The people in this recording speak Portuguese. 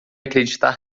acreditar